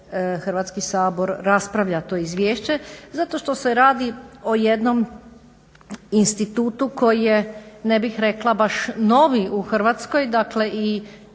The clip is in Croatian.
Hrvatski sabor raspravlja to izvješće, zato što se radi o jednom institutu koje je ne bih rekla baš novi u Hrvatskoj dakle i